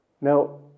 now